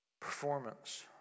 Performance